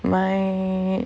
my